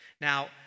Now